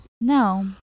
no